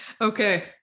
Okay